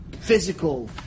physical